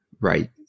Right